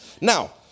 Now